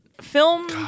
film